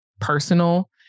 personal